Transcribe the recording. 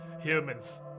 humans